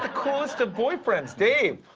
coolest of boyfriends. dave?